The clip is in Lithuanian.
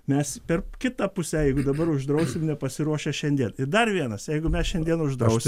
mes per kitą pusę jeigu dabar uždrausim nepasiruošę šiandien ir dar vienas jeigu mes šiandien uždrausim